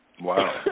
Wow